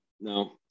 no